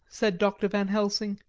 said dr. van helsing.